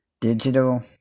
Digital